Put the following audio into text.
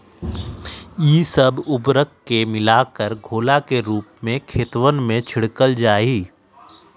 ई सब उर्वरक के मिलाकर घोला के रूप में खेतवन में छिड़कल जाहई